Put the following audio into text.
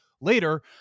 later